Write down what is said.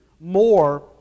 more